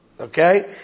okay